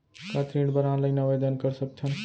का ऋण बर ऑनलाइन आवेदन कर सकथन?